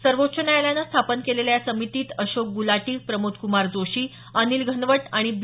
सर्वोच्च न्यायालयानं स्थापन केलेल्या या समितीत अशोक गुलाटी प्रमोद कुमार जोशी अनिल घनवट आणि बी